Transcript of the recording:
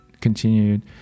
continued